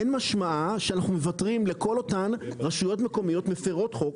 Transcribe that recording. אין משמעה שאנחנו מוותרים לכל אותן רשויות מקומיות מפירות חוק,